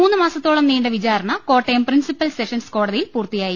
മൂന്ന് മാസത്തോളം നീണ്ട വിചാരണ കോട്ടയം പ്രിൻസിപ്പൽ സെഷൻസ് കോടതിയിൽ പൂർത്തിയായി